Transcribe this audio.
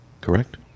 correct